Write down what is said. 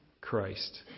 Christ